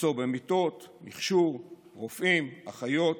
מחסור במיטות, מכשור, רופאים, אחיות,